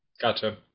gotcha